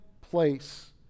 place